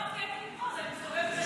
אני שומעת קטע מפה אז אני מסתובבת לפה.